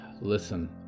Listen